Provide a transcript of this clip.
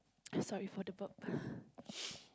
sorry for the burp